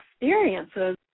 experiences